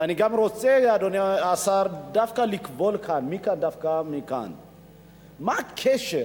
אדוני השר, אני גם רוצה דווקא לקבול מכאן: מה הקשר